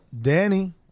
Danny